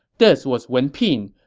this was wen pin,